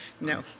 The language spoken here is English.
no